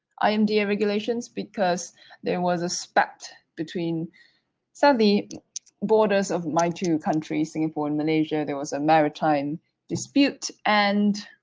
imda ah regulations because there was a spat between some of the borders of my two countries, singapore and malaysia, there was a maritime dispute, and